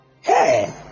Hey